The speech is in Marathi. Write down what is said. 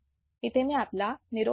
इथे मी आपला निरोप घेते